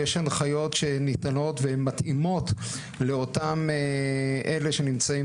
יש הנחיות שהן ניתנות והן מתאימות לאותם אלה שנמצאים